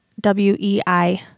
W-E-I